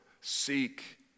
seek